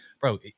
bro